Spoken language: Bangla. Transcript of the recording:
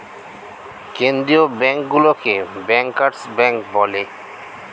কেন্দ্রীয় ব্যাঙ্কগুলোকে ব্যাংকার্স ব্যাঙ্ক বলে